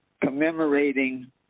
commemorating